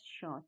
shot